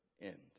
end